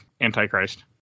Antichrist